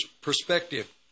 perspective